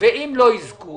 ואם לא יזכו